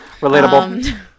Relatable